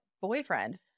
boyfriend